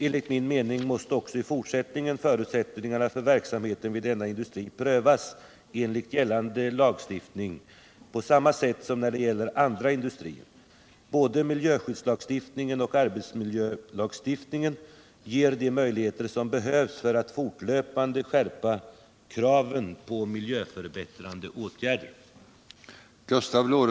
Enligt min mening måste också i fortsättningen förutsättningarna för verksamheten vid denna industri prövas enligt gällande lagstiftning på samma sätt som när det gäller andra industrier. Både miljöskyddslagstiftningen och arbetsmiljölagstiftningen ger de möjligheter som behövs för att fortlöpande skärpa kraven på miljöförbättrande åtgärder.